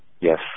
Yes